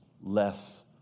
less